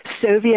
Soviet